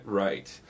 right